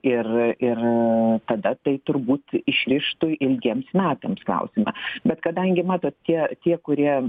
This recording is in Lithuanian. ir ir tada tai turbūt išrištų ilgiems metams klausimą bet kadangi matot tie tie kurie